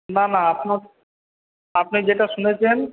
না না আপনার আপনি যেটা শুনেছেন